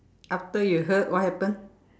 after you heard what happened